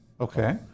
Okay